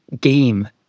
game